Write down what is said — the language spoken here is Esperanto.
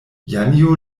janjo